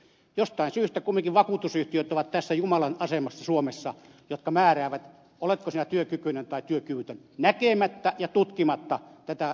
jostain syystä kumminkin vakuutusyhtiöt ovat tässä jumalan asemassa suomessa ja määräävät oletko sinä työkykyinen vai työkyvytön näkemättä ja tutkimatta tätä